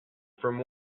from